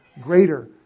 greater